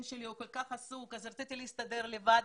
שלהם שהוא כל כך עסוק ולכן הם רצו להסתדר לבד.